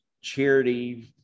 charity